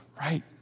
right